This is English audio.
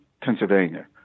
Pennsylvania